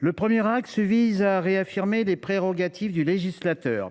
Le premier axe vise à réaffirmer les prérogatives du législateur.